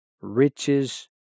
riches